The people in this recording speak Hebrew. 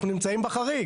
אנחנו נמצאים בחריג.